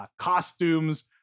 costumes